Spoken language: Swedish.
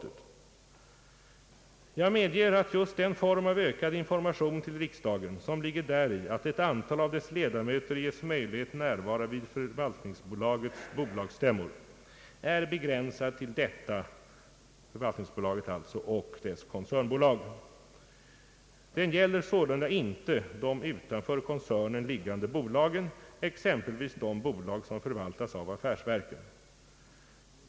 Jag medger att just den form av ökad information till riksdagen som ligger däri att ett antal av dess ledamöter ges möjlighet närvara vid förvaltningsbolagets bolagsstämmor är begränsad till detta och koncernbolagen. Den gäller sålunda inte de utanför koncernen liggande bolagen, exempelvis de bolag som förvaltas av affärsverken.